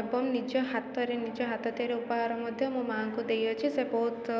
ଏବଂ ନିଜ ହାତରେ ନିଜ ହାତ ତିଆରି ଉପହାର ମଧ୍ୟ ମୋ ମା'ଙ୍କୁ ଦେଇଅଛି ସେ ବହୁତ